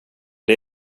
det